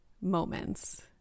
moments